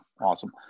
awesome